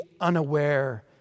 unaware